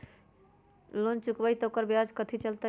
Loan चुकबई त ओकर ब्याज कथि चलतई?